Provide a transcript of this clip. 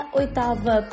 oitava